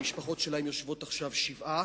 המשפחות שלהם יושבות עכשיו שבעה,